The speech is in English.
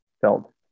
felt